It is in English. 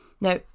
Now